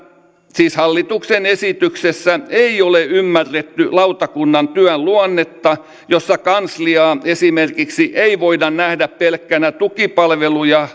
siis hallituksen esityksessä ei ole ymmärretty lautakunnan työn luonnetta jossa kansliaa esimerkiksi ei voida nähdä pelkkänä tukipalveluja